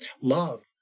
Love